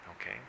okay